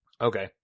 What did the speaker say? Okay